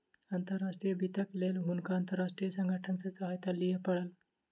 अंतर्राष्ट्रीय वित्तक लेल हुनका अंतर्राष्ट्रीय संगठन सॅ सहायता लिअ पड़ल